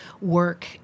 work